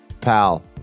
Pal